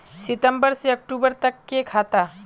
सितम्बर से अक्टूबर तक के खाता?